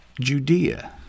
Judea